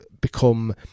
become